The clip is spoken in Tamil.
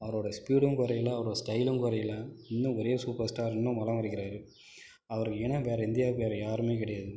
அவரோட ஸ்பீடும் குறையில அவரோட ஸ்டைலும் கு யில இன்னும் ஒரே சூப்பர் ஸ்டார் இன்னும் வலம் வருகிறார் அவர் இல்லைனா வேற இந்தியாவுக்கு யாரும் கிடையாது